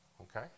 Okay